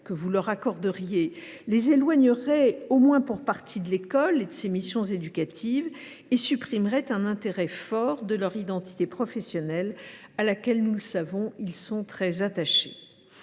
que vous leur accordez les éloigneraient pour partie de l’école et de ses missions éducatives et qu’elles supprimeraient un intérêt fort de leur identité professionnelle, à laquelle ils sont, nous le savons, très attachés.